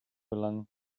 gelangen